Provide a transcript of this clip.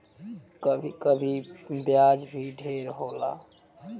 कभी कभी ब्याज भी ढेर होला